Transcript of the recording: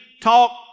talk